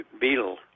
Beetle